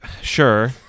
Sure